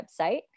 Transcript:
website